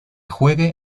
juegue